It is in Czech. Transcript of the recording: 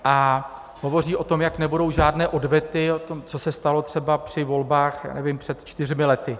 A hovoří o tom, jak nebudou žádné odvety, o tom, co se stalo třeba při volbách před čtyřmi lety.